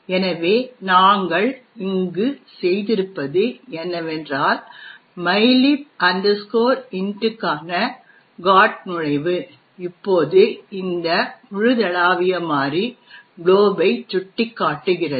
எனவே நாங்கள் இங்கு செய்திருப்பது என்னவென்றால் mylib int க்கான GOT நுழைவு இப்போது இந்த முழுதளாவிய மாறி glob ஐ சுட்டிக்காட்டுகிறது